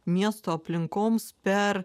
miesto aplinkoms per